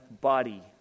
body